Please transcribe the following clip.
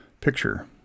picture